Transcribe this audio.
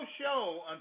show